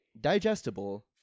digestible